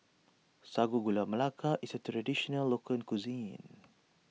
Sago Gula Melaka is a Traditional Local Cuisine